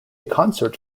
concert